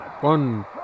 One